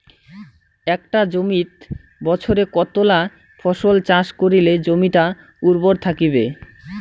একটা জমিত বছরে কতলা ফসল চাষ করিলে জমিটা উর্বর থাকিবে?